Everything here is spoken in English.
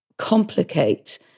complicate